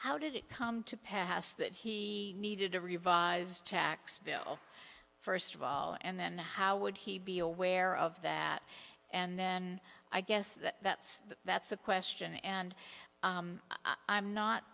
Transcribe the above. how did it come to pass that he needed to revise tax bill first of all and then how would he be aware of that and then i guess that's that's a question and i'm not